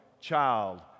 child